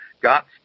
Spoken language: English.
got